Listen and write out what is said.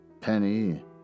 Penny